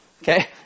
Okay